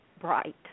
bright